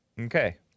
okay